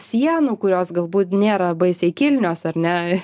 sienų kurios galbūt nėra baisiai kilnios ar ne